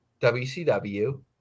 WCW